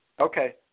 Okay